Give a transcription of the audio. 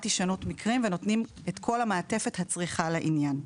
הישנות מקרים ונותנים את כל המעטפת הצריכה לעניין.